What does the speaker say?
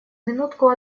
минутку